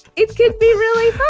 it could be really